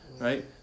right